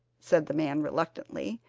said the man reluctantly,